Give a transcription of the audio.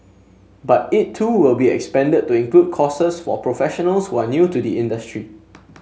but it too will be expanded to include courses for professionals who are new to the industry